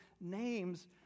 names